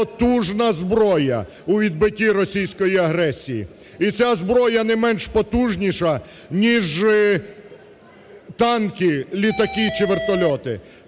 потужна зброя у відбитті російської агресії. І ця зброя не менш потужніша ніж танки, літаки чи вертольоти.